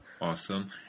Awesome